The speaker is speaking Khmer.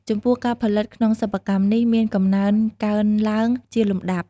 ចំពោះ ការផលិតក្នុងសិប្បកម្មនេះ មានកំណើនកើនឡើងជាលំដាប់។